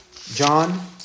John